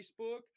facebook